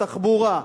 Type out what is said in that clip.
בתחבורה,